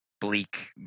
bleak